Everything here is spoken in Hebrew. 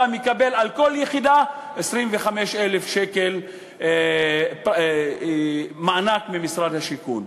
אתה מקבל על כל יחידה 25,000 שקל מענק ממשרד השיכון.